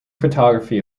photography